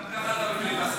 כי גם ככה אתה בפיליבסטרים,